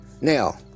Now